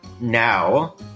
now